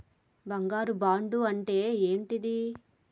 బంగారు బాండు అంటే ఏంటిది?